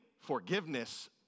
forgiveness